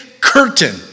curtain